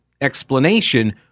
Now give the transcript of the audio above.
explanation